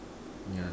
yeah